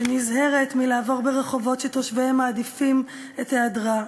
שנזהרת מלעבור ברחובות שתושביהם מעדיפים את היעדרה,